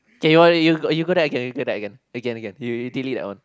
okay why don't you you go there again again you delete that one